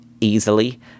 easily